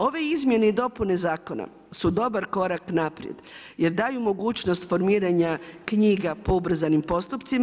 Ove izmjene i dopune zakona su dobar korak naprijed jer daju mogućnost formiranja knjiga po ubrzanim postupcima.